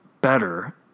better